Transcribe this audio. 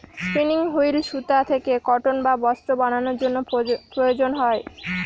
spinning wheel সুতা থেকে cotton বা বস্ত্র বানানোর জন্য প্রয়োজন হয়